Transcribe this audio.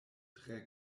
tre